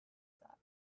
thought